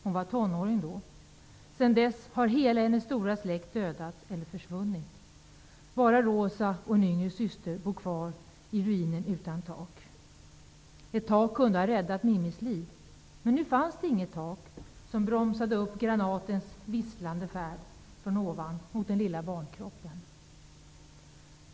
Hon var tonåring då. Sedan dess har hela hennes stora släkt dödats eller ''försvunnit'. Bara Rosa och en yngre syster bor kvar i ruinen utan tak. Ett tak kunde ha räddat Mimis liv. Men nu fanns det inget tak som bromsade upp granatens visslande färd från ovan mot den lilla barnkroppen.''